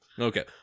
Okay